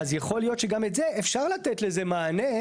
אז יכול להיות שגם את זה אפשר לתת לזה מענה,